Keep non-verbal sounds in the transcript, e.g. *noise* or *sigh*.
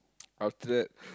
after that *breath*